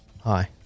Hi